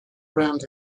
round